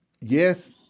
Yes